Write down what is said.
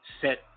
set